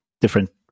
different